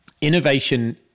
innovation